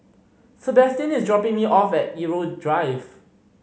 Sebastian is dropping me off at Irau Drive